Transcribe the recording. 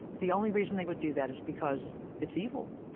the only reason they would do that is because it's evil.